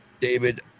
David